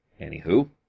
Anywho